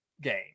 game